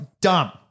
dumb